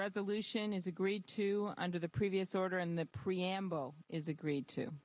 resolution is agreed to under the previous order and the preamble is agreed to